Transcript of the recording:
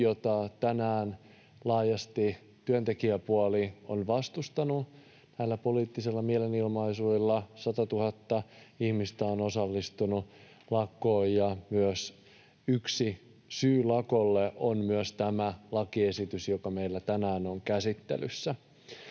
jota tänään laajasti työntekijäpuoli on vastustanut näillä poliittisilla mielenilmaisuilla. Satatuhatta ihmistä on osallistunut lakkoon, ja yksi syy lakolle on myös tämä lakiesitys, joka meillä tänään on käsittelyssä.